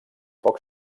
poc